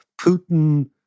Putin